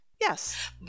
Yes